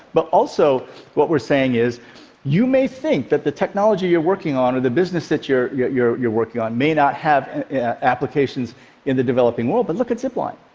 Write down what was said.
but also what we're saying is you may think that the technology you're working on or the business that you're yeah you're working on may not have applications in the developing world, but look at zipline.